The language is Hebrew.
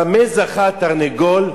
במה זכה התרנגול,